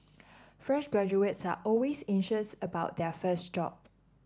fresh graduates are always anxious about their first job